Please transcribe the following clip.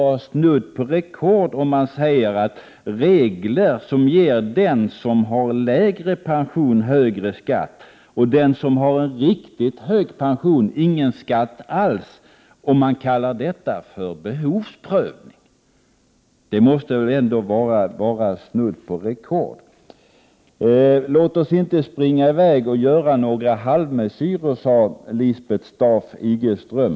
Att när det gäller regler som ger den som har lägre pension högre skatt och den som har riktigt hög pension ingen skatt alls tala om behovsprövning är väl ändå snudd på rekord. Låt oss inte springa i väg och göra halvmesyrer, sade sedan Lisbeth Staaf-Igelström.